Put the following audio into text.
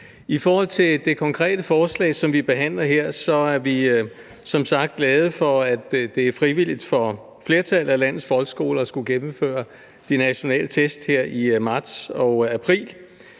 I forhold til det konkrete forslag, som vi behandler her, er vi som sagt glade for, at det er frivilligt for flertallet af landets folkeskoler at skulle gennemføre de nationale test her i marts og april.